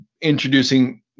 Introducing